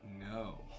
No